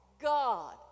god